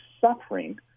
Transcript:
suffering